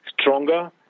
stronger